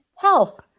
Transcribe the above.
health